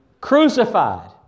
Crucified